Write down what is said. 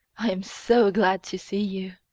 i am so glad to see you!